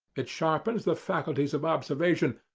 it sharpens the faculties of observation,